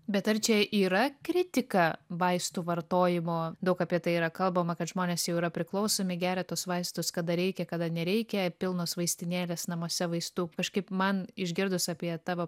bet ar čia yra kritika vaistų vartojimo daug apie tai yra kalbama kad žmonės jau yra priklausomi geria tuos vaistus kada reikia kada nereikia pilnos vaistinėlės namuose vaistų kažkaip man išgirdus apie tavo